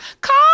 Call